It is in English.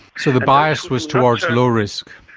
so the bias was towards low risk.